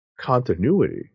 continuity